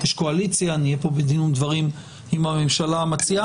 יש קואליציה נהיה פה בדין ודברים עם הממשלה המציעה.